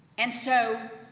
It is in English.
and so,